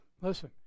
Listen